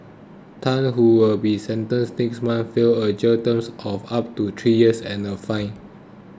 Tan who will be sentenced next month feel a jail term of up to three years and a fine